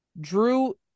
drew